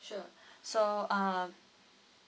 sure so um